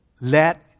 let